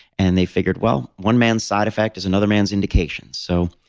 and they figured, well one man's side effect is another man's indication. so,